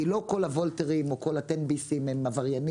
לא כל ה-וולטרים או כל ה-תן ביסים הם עבריינים,